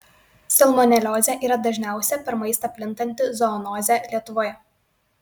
salmoneliozė yra dažniausia per maistą plintanti zoonozė lietuvoje